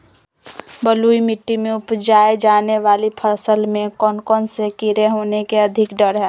बलुई मिट्टी में उपजाय जाने वाली फसल में कौन कौन से कीड़े होने के अधिक डर हैं?